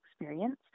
experience